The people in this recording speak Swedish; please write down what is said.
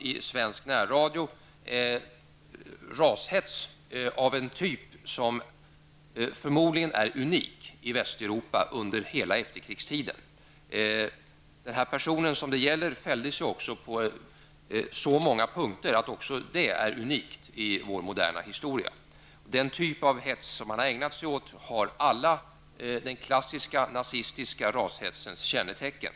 I svensk närradio har det kunnat bedrivas rashets av en typ som förmodligen är unik i Västeuropa under hela efterkrigstiden. Den person som det gäller fälldes ju också på så många punkter att det är unikt i modern historia. Den hets som vederbörande har ägnat sig åt har alla den klassiska nazistiska rashetsens kännetecken.